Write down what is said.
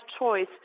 choice